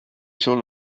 sul